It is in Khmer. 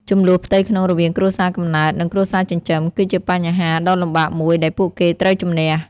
ជម្លោះផ្ទៃក្នុងរវាងគ្រួសារកំណើត និងគ្រួសារចិញ្ចឹម គឺជាបញ្ហាដ៏លំបាកមួយដែលពួកគេត្រូវជម្នះ។